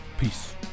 peace